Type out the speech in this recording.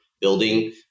building